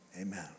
amen